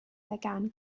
began